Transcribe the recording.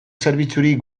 zerbitzurik